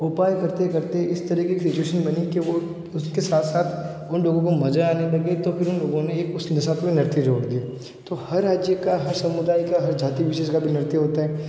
उपाय करते करते इस तरह की सिचूऐशन बनी कि वो उसके साथ साथ उन लोगों को मज़ा आने लगे तो फिर उन लोगों ने उसके साथ में नृत्य जोड़ दिया तो हर राज्य का हर समुदाय का हर जाति विशेष का भी नृत्य होता है